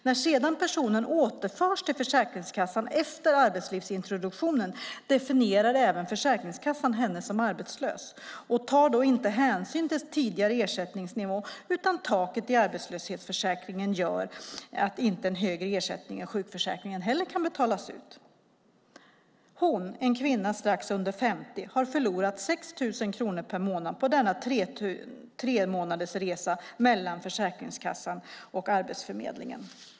När sedan personen återförs till Försäkringskassan, efter arbetslivsintroduktionen, definierar även Försäkringskassan henne som arbetslös och tar då inte hänsyn till tidigare ersättningsnivå, utan taket i arbetslöshetsförsäkringen gör att inte en högre ersättning än sjukförsäkringen kan betalas ut. Hon, en kvinna strax under 50 år, har förlorat 6 000 per månad på denna tremånadersresa mellan Försäkringskassan och Arbetsförmedlingen.